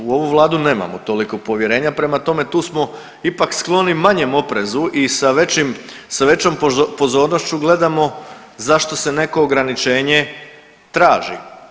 U ovu vladu nemamo toliko povjerenja, prema tome tu smo ipak skloni manjem oprezu i sa većom pozornošću gledamo zašto se neko ograničenje traži.